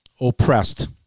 oppressed